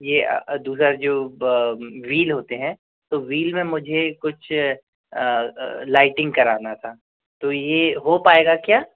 ये दूसरा जो व्हील होते हैं तो व्हील में मुझे कुछ लाइटिंग कराना था तो ये हो पाएगा क्या